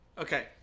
Okay